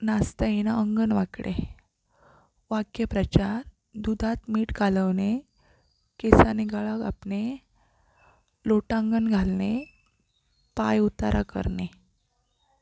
नाचता येईना अंगण वाकडे वाक्यप्रचार दुधात मीठ कालवणे केसाने गळा कापणे लोटांगण घालणे पाण उतारा करणे